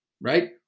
right